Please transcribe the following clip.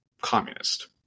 communist